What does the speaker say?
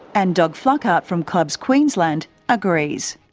and doug flockhart from clubs queensland agrees.